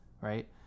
right